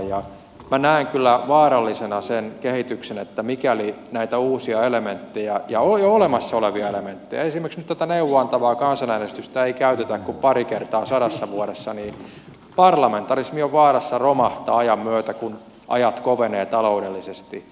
minä näen kyllä vaarallisena sen kehityksen että mikäli näitä uusia elementtejä ja jo olemassa olevia elementtejä esimerkiksi nyt tätä neuvoa antavaa kansanäänestystä ei käytetä kuin pari kertaa sadassa vuodessa niin parlamentarismi on vaarassa romahtaa ajan myötä kun ajat kovenevat taloudellisesti